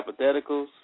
hypotheticals